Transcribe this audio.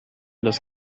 das